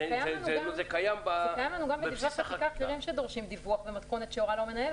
זה קיים גם בדברי חקיקה כלים שדורשים דיווח במתכונת שהורה לו המנהל,